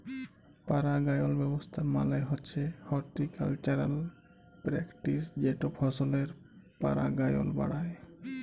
পারাগায়ল ব্যাবস্থা মালে হছে হরটিকালচারাল প্যারেকটিস যেট ফসলের পারাগায়ল বাড়ায়